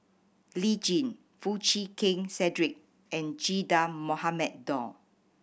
Lee Tjin Foo Chee Keng Cedric and Che Dah Mohamed Noor